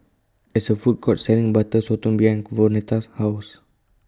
There IS A Food Court Selling Butter Sotong behind Vonetta's House